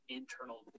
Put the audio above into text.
internal